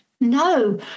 No